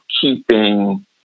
keeping